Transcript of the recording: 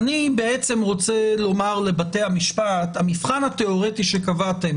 אני בעצם רוצה לומר לבתי המשפט שהמבחן התיאורטי שקבעתם